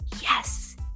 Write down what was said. Yes